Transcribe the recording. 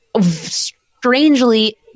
strangely